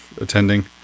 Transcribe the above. attending